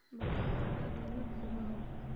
मक्का कुंडा दिनोत उगैहे?